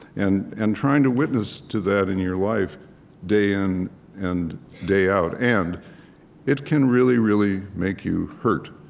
and and trying to witness to that in your life day in and day out. and it can really, really make you hurt.